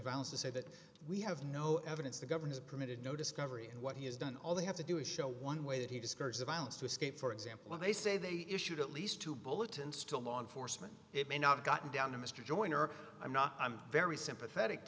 violence to say that we have no evidence the governor is permitted no discovery and what he has done all they have to do is show one way that he discards the violence to escape for example they say they issued at least two bulletins to law enforcement it may not gotten down to mr joyner i'm not i'm very sympathetic to